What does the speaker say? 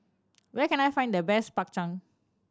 where can I find the best Bak Chang